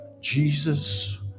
Jesus